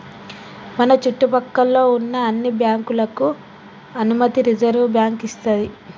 మన చుట్టు పక్కల్లో ఉన్న అన్ని బ్యాంకులకు అనుమతి రిజర్వుబ్యాంకు ఇస్తది